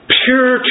pure